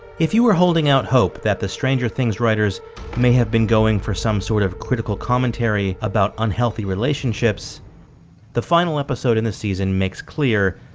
if you were holding out hope that the stranger things writers may have been going for some sort of critical commentary, about unhealthy relationships the final episode in the season makes clear,